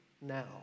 now